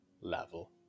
level